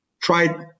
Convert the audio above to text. tried